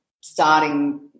starting